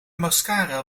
mascara